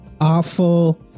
awful